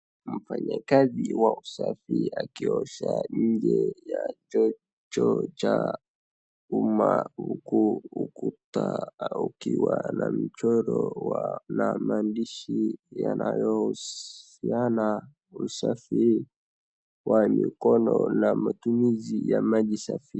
Mfanyikazi wa usafi akiosha nje ya choo cha umma, huku ukuta ukiwa na michoro ya na maandishi yanayohusiana usafi wa mikono na matumizi ya maji safi.